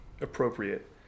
appropriate